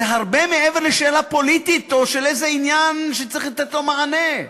זה הרבה מעבר לשאלה פוליטית או של איזה עניין שצריך לתת עליו מענה.